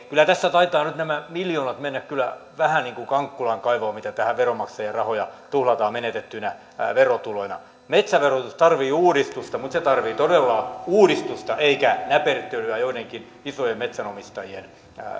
kyllä tässä taitavat nyt nämä miljoonat mennä vähän niin kuin kankkulan kaivoon mitä tähän veronmaksajien rahoja tuhlataan menetettyinä verotuloina metsäverotus tarvitsee uudistusta mutta se tarvitsee todella uudistusta eikä näpertelyä joidenkin isojen metsänomistajien